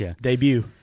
debut